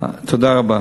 תודה רבה.